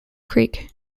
creek